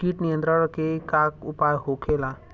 कीट नियंत्रण के का उपाय होखेला?